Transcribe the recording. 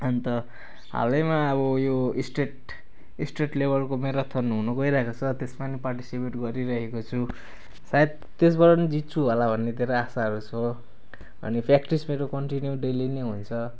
अन्त हालैमा अब यो स्टेट स्टेट लेभलको म्याराथन हुनु गइरहेको छ त्यसमा पनि पार्टिसिपेट गरिराखेको छु सायद त्यसबाट पनि जित्छु होला भन्ने धेरै आशाहरू छ अनि प्र्याक्टिस मेरो कन्टिन्यु डेली नै हुन्छ